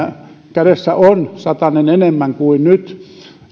kädessä on satanen enemmän kuin nyt